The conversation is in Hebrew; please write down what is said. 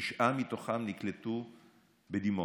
תשעה מתוכם נקלטו בדימונה.